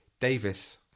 Davis